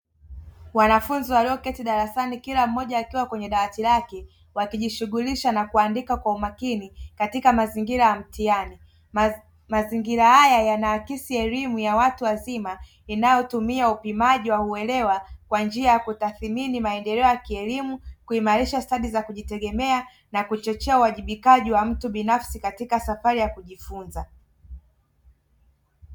Wanafunzi walioketi darasani Kila mmoja akiwa kwenye dawati lake wakijishughulisha na kuandika kwa umakini katika mazingira ya mtihani ,mazingira haya yanaakisi elimu ya watu wazima ,inayotumia upimaji wa uelewa kwa njia ya kutathimini maendeleo ya kielimu ,,kuimlisha stadi za kujitegemea , kuchochea uwajibikaji wa mtu binafsi katika safari ya kijifunza.